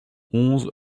onze